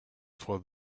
for